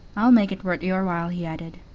i'll make it worth your while, he added.